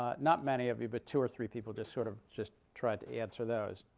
ah not many of you, but two or three people just sort of just tried to answer those.